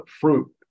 fruit